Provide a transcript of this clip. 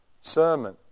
sermon